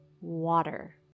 water